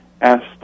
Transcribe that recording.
asked